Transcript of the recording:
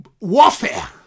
warfare